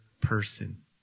person